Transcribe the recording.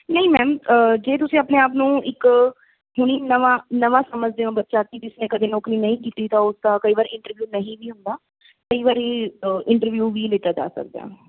ਨਹੀਂ ਮੈਮ ਜੇ ਤੁਸੀਂ ਆਪਣੇ ਆਪ ਨੂੰ ਇੱਕ ਹੁਣ ਨਵਾਂ ਨਵਾਂ ਸਮਝਦੇ ਹੋ ਬੱਚਾ ਕਿ ਜਿਸਨੇ ਕਦੇ ਨੌਕਰੀ ਨਹੀਂ ਕੀਤੀ ਤਾਂ ਉਸਦਾ ਕਈ ਵਾਰ ਇੰਟਰਵਿਊ ਨਹੀਂ ਵੀ ਹੁੰਦਾ ਕਈ ਵਾਰੀ ਇੰਟਰਵਿਊ ਵੀ ਲਿੱਤਾ ਜਾ ਸਕਦਾ